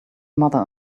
mother